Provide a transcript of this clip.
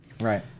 Right